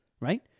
right